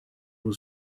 was